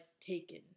taken